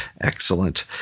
Excellent